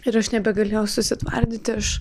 ir aš nebegalėjau susitvardyti aš